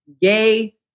gay